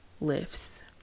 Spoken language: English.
lifts